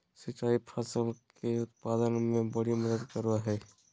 सिंचाई फसल के उत्पाद में बड़ी मदद करो हइ